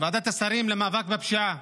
השרים למאבק בפשיעה,